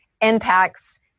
impacts